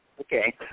Okay